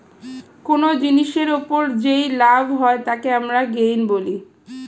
কোন জিনিসের ওপর যেই লাভ হয় তাকে আমরা গেইন বলি